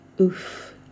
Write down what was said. Oof